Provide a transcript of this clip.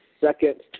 second